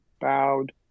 bowed